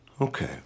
okay